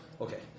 okay